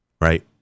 right